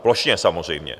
Plošně samozřejmě.